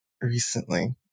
recently